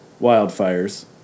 wildfires